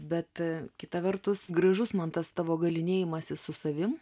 bet kita vertus gražus man tas tavo galynėjimasis su savim